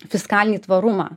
fiskalinį tvarumą